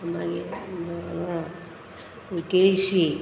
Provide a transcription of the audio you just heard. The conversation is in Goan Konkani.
मागीर हांगा केळशी